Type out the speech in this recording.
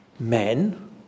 Men